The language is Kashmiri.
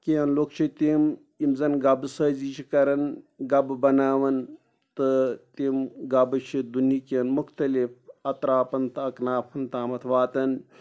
کینٛہہ لُکھ چھِ تِم یِم زَن گَبہٕ سٲزی چھِ کَرَان گَبہٕ بناوَان تہٕ تِم گَبہٕ چھِ دُنیٚہکٮ۪ن مختلف اتراپن تہٕ اکنافن تامَتھ واتَان